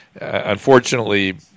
unfortunately